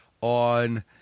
on